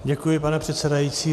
Děkuji, pane předsedající.